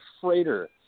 freighter